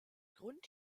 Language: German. grund